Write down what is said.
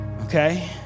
okay